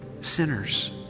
sinners